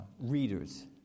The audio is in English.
readers